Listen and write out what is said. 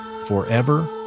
forever